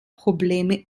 probleme